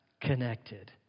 Connected